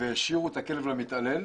והשאירו את הכלב למתעלל.